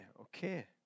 Okay